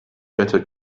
better